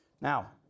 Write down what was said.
Now